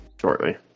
shortly